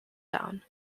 down